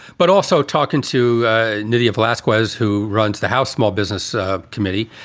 but also talking to nydia velazquez, who runs the house small business ah committee,